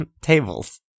tables